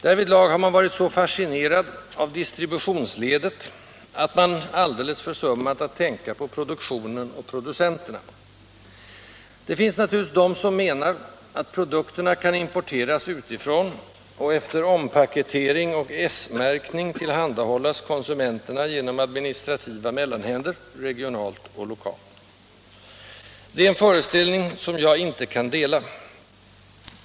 Därvidlag har man varit så fascinerad av distributionsledet att man alldeles försummat att tänka på produktionen och producenterna. Det finns naturligtvis de som menar att produkterna kan importeras utifrån och efter ompaketering och s-märkning tillhandahållas konsumenterna genom administrativa mellanhänder, regionalt och lokalt. Det är en föreställning som jag inte kan dela.